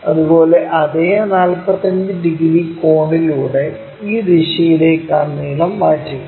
അതുപോലെ അതേ 45 ഡിഗ്രി കോണിലൂടെ ഈ ദിശയിലേക്ക് ആ നീളം മാറ്റുക